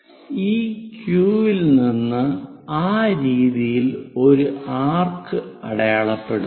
ഈ ക്യൂ വിൽ നിന്ന് ആ രീതിയിൽ ഒരു ആർക്ക് അടയാളപ്പെടുത്തുക